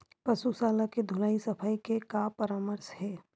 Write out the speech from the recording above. पशु शाला के धुलाई सफाई के का परामर्श हे?